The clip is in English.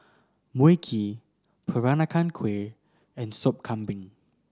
Mui Kee Peranakan Kueh and Sop Kambing